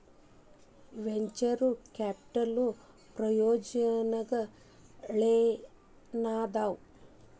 venture capital ಪ್ರಯೋಜನಗಳೇನಾದವ